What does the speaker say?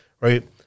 right